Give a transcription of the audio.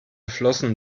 flossen